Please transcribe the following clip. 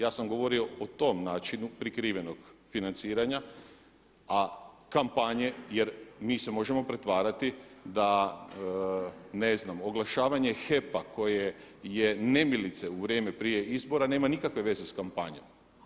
Ja sam govorio o tom načinu prikrivenog financiranja a kampanje jer mi se možemo pretvarati da ne znam oglašavanje HEP-a koje je nemilice u vrijeme prije izbora nema nikakve veze sa kampanjom.